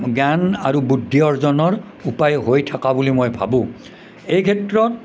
জ্ঞান আৰু বুদ্ধি অৰ্জনৰ উপায় হৈ থকা বুলি মই ভাবোঁ এই ক্ষেত্ৰত